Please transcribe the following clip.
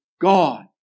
God